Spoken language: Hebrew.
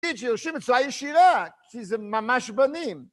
תגיד שיושבים בצורה ישירה, כי זה ממש בנים.